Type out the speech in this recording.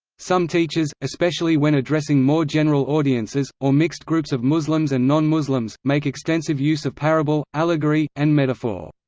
some teachers, especially when addressing more general audiences, or mixed groups of muslims and non-muslims, make extensive use of parable, allegory, and metaphor.